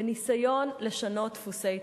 בניסיון לשנות דפוסי התנהגות.